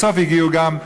בסוף הגיעו גם,